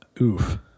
Oof